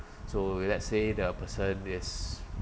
so let's say the person is